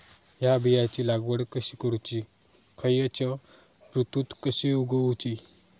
हया बियाची लागवड कशी करूची खैयच्य ऋतुत कशी उगउची?